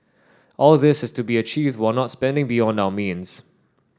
all this is to be achieved while not spending beyond our means